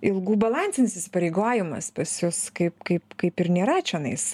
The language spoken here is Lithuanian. ilgų balansinis įsipareigojimas pas jus kaip kaip kaip ir nėra čionais